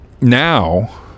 now